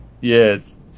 Yes